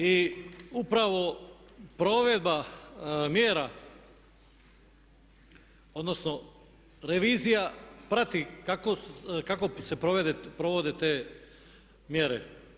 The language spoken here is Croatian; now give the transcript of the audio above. I upravo provedba mjera odnosno revizija prati kako se provode te mjere.